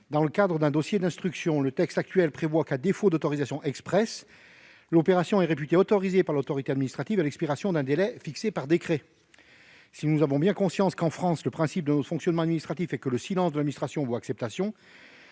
dans le cadre d'un dossier d'instruction. En l'état actuel, le texte prévoit que, à défaut d'autorisation expresse, l'opération est réputée autorisée par l'autorité administrative à l'expiration d'un délai fixé par décret. Nous avons bien conscience qu'en France le principe est que le silence de l'administration vaut acceptation.